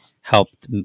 helped